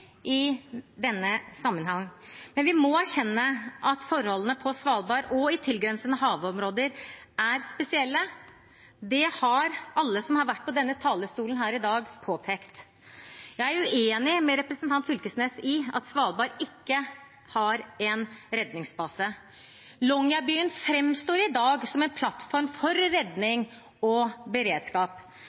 i denne sammenheng, men vi må erkjenne at forholdene på Svalbard og i tilgrensende havområder er spesielle. Det har alle som har vært på denne talerstolen i dag, påpekt. Jeg er uenig med representanten Knag Fylkesnes i at Svalbard ikke har en redningsbase. Longyearbyen framstår i dag som en plattform for redning og beredskap.